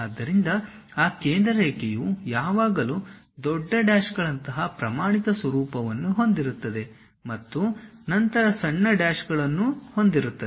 ಆದ್ದರಿಂದ ಆ ಕೇಂದ್ರ ರೇಖೆಯು ಯಾವಾಗಲೂ ದೊಡ್ಡ ಡ್ಯಾಶ್ಗಳಂತಹ ಪ್ರಮಾಣಿತ ಸ್ವರೂಪವನ್ನು ಹೊಂದಿರುತ್ತದೆ ಮತ್ತು ನಂತರ ಸಣ್ಣ ಡ್ಯಾಶ್ಗಳನ್ನು ಹೊಂದಿರುತ್ತದೆ